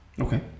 Okay